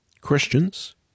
Christians